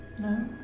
No